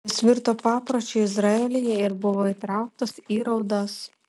jos virto papročiu izraelyje ir buvo įtrauktos į raudas